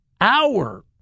hour